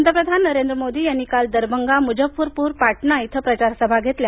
पंतप्रधान नरेंद्र मोदी यांनी काल दरभंगा मुझफ्फरपूर आणि पाटणा इथं प्रचारसभा घेतल्या